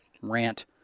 rant